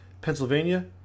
Pennsylvania